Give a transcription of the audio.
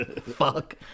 fuck